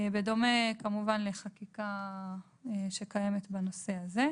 בדומה כמובן לחקיקה שקיימת בנושא הזה.